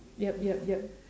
yup yup yup